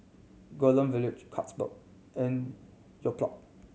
Golden Village Carlsberg and Yoplait